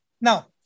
Now